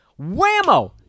whammo